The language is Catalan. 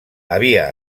havia